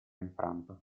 infranto